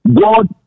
God